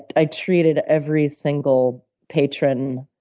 i treated every single patron